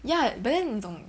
ya but then 你懂